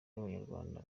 y’abanyarwanda